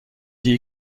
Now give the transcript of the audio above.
dit